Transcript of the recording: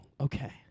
okay